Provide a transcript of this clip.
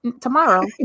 tomorrow